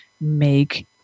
make